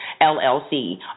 LLC